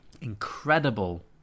incredible